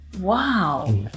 Wow